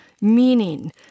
meaning